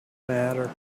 matter